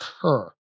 occur